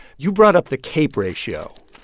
you brought up the cape ratio